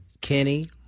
Kenny